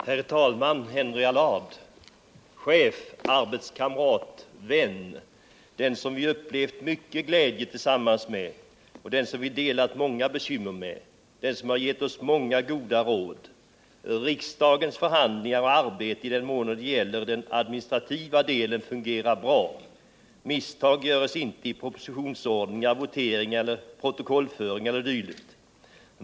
Herr talman, Henry Allard, chef, arbetskamrat, vän, den som vi upplevt mycken glädje tillsammans med, den som vi delat många bekymmer med, den som gett oss många goda råd! Riksdagens förhandlingar och arbete i den mån det gäller den administrativa delen fungerar bra. Misstag görs inte i propositionsordningar, voteringar, protokollföring e. d.